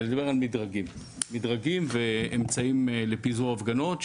ולדבר על מדרגים ואמצעים לפיזור הפגנות.